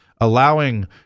allowing